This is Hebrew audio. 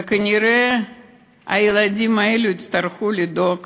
וכנראה הילדים האלה יצטרכו לדאוג